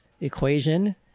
equation